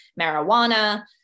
marijuana